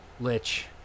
lich